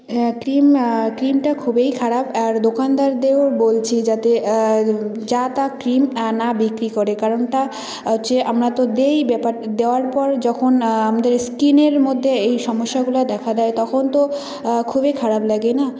হ্যাঁ ক্রিম ক্রিমটা খুবই খারাপ আর দোকানদারদেরও বলছি যাতে যা তা ক্রিম আর না বিক্রি করে কারণটা হচ্ছে আমরা তো দিইই ব্যাপার দেওয়ার পর যখন আমাদের স্কিনের মধ্যে এই সমস্যাগুলো দেখা দেয় তখন তো খুবই খারাপ লাগে না